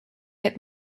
had